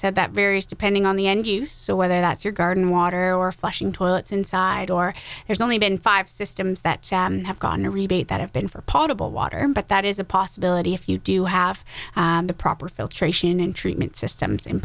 said that varies depending on the end you so whether that's your garden water or flushing toilets inside or there's only been five systems that have gone rebate that have been for potable water but that is a possibility if you do have the proper filtration and treatment systems in